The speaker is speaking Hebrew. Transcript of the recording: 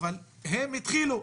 אבל הם התחילו.